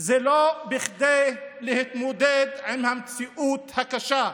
זה לא כדי להתמודד עם המציאות הקשה.